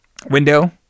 window